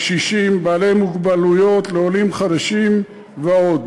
לקשישים ולבעלי מוגבלויות, לעולים חדשים ועוד.